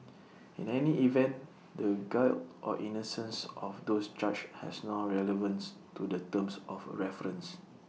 in any event the guilt or innocence of those charged has no relevance to the terms of reference